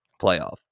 playoff